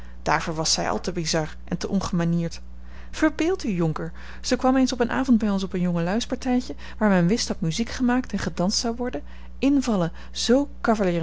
daarvoor was zij al te bizar en te ongemanierd verbeeld u jonker ze kwam eens op een avond bij ons op een jongelui's partijtje waar men wist dat muziek gemaakt en gedanst zou worden invallen